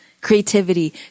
creativity